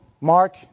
Mark